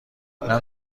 اینم